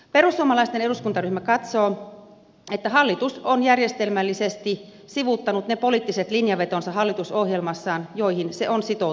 perussuomalaisten eduskuntaryhmä katsoo että hallitus on järjestelmällisesti sivuuttanut ne poliittiset linjanvetonsa hallitusohjelmassaan joihin se on sitoutunut